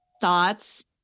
thoughts